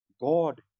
God